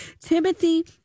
Timothy